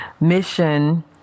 mission